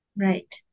Right